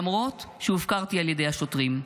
למרות שהופקרתי על ידי השוטרים.